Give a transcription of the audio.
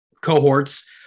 cohorts